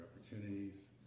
opportunities